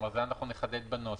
את זה נחדד בנוסח.